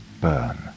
burn